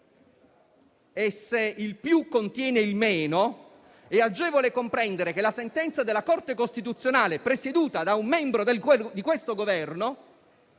E se il più contiene il meno, è agevole comprendere che la sentenza della Corte costituzionale, presieduta da un membro di questo Governo,